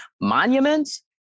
monuments